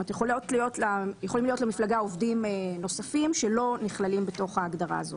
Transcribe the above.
יכולים להיות למפלגה עובדים נוספים שלא נכללים בתוך ההגדרה הזו.